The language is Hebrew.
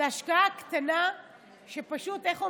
זו השקעה קטנה שפשוט, איך אומרים: